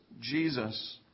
Jesus